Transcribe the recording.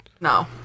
No